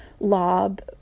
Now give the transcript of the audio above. lob